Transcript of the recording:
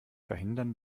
verhindern